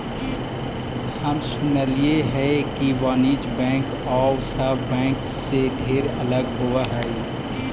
हम सुनलियई हे कि वाणिज्य बैंक आउ सब बैंक से ढेर अलग होब हई